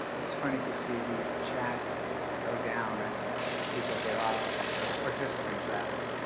it's funny to see the chat go down as people get off or the participants rather.